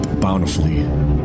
bountifully